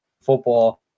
football